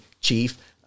chief